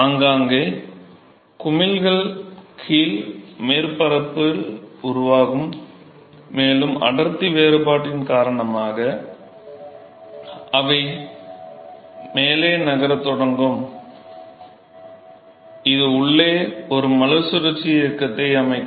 ஆங்காங்கே குமிழ்கள் கீழ் மேற்பரப்பில் உருவாகும் மேலும் அடர்த்தி வேறுபாட்டின் காரணமாக அவை மேலே நகரத் தொடங்கும் இது உள்ளே உள்ள மறுசுழற்சி இயக்கத்தை அமைக்கும்